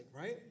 right